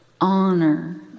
honor